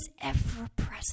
ever-present